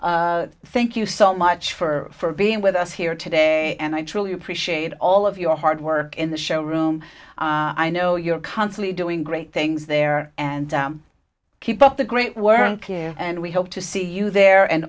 y thank you so much for being with us here today and i truly appreciate all of your hard work in the show room i know you're constantly doing great things there and keep up the great work and we hope to see you there and